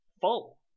full